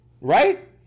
right